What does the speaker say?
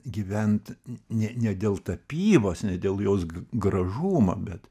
gyvent ne ne dėl tapybos ne dėl jos gražumo bet